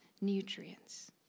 nutrients